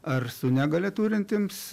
ar su negalia turintiems